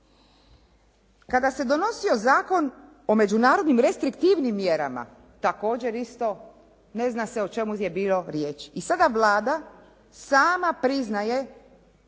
Kada se donosio Zakon o međunarodnim restriktivnim mjerama također isto ne zna se o čemu je bilo riječi i sada Vlada sama priznaje